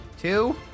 Two